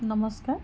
নমস্কাৰ